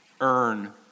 earn